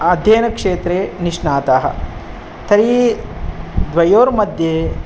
अध्ययनक्षेत्रे निष्णातः तर्हि द्वर्योमध्ये